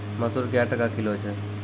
मसूर क्या टका किलो छ?